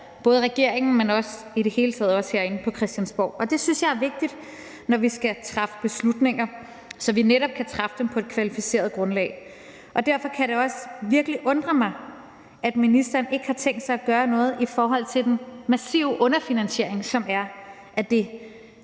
både regeringen, men i det hele taget også os herinde på Christiansborg, og det synes jeg er vigtigt, når vi skal træffe beslutninger, så vi netop kan træffe dem på et kvalificeret grundlag. Derfor kan det virkelig også undre mig, at ministeren ikke har tænkt sig at gøre noget i forhold til den massive underfinansiering, som der er